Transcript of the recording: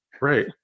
Right